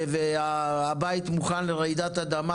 והבית מוכן לרעידת אדמה,